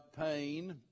pain